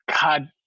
god